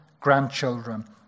grandchildren